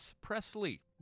Presley